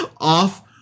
off